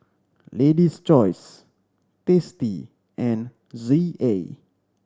Lady's Choice Tasty and Z A